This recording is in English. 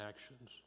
actions